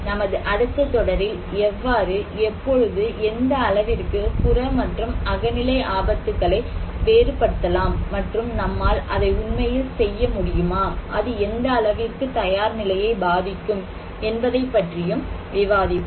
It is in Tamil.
நமது அடுத்த தொடரில் எவ்வாறு எப்பொழுது எந்த அளவிற்கு புற மற்றும் அகநிலை ஆபத்துகளை வேறுபடுத்தலாம் மற்றும் நம்மால் அதை உண்மையில் செய்ய முடியுமா அது எந்த அளவிற்கு தயார் நிலையை பாதிக்கும் என்பதைப் பற்றியும் விவாதிப்போம்